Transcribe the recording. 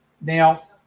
Now